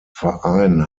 verein